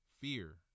fear